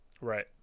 Right